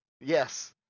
Yes